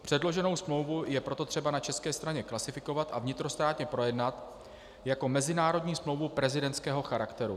Předloženou smlouvu je proto třeba na české straně klasifikovat a vnitrostátně projednat jako mezinárodní smlouvu prezidentského charakteru.